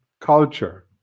culture